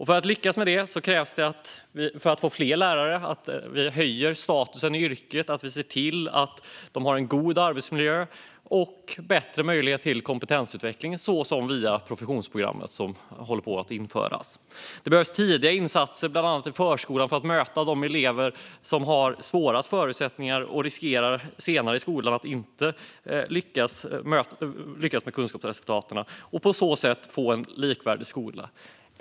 För att lyckas med det krävs det att vi får fler lärare, och det kan vi få genom att höja statusen i yrket och se till att de har en god arbetsmiljö och bättre möjlighet till kompetensutveckling, till exempel via professionsprogrammet som håller på att införas. Det behövs tidiga insatser, bland annat i förskolan, för att möta de elever som har svårast förutsättningar och riskerar att senare i skolan inte lyckas med kunskapsresultaten. På så sätt kan vi få en likvärdig skola.